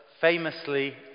famously